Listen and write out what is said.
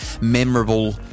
memorable